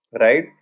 right